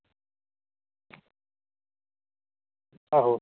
आहो